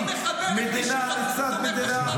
----- לא מכבד את מי שתומך ----- מדינה לצד מדינה.